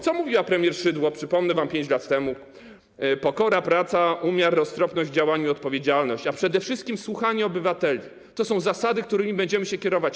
Co mówiła premier Szydło, przypomnę wam, 5 lat temu: pokora, praca, umiar, roztropność, działanie, odpowiedzialność, a przede wszystkim słuchanie obywateli - to są zasady, którymi będziemy się kierować.